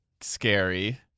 scary